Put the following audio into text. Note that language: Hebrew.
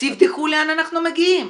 תבדקו לאן אנחנו מגיעים.